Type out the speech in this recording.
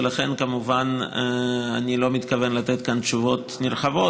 ולכן כמובן אני לא מתכוון לתת כאן תשובות נרחבות.